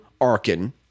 Arkin